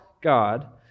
God